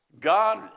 God